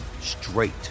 straight